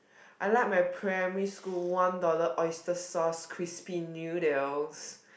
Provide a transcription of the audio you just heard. I like my primary school one dollar oyster sauce crispy noodles